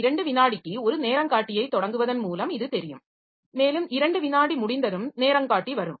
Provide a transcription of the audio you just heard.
2 விநாடிக்கு ஒரு நேரங்காட்டியை தொடங்குவதன் மூலம் இது தெரியும் மேலும் 2 விநாடி முடிந்ததும் நேரங்காட்டி வரும்